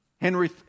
Henry